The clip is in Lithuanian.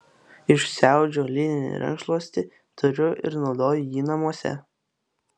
išsiaudžiau lininį rankšluostį turiu ir naudoju jį namuose